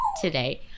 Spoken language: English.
today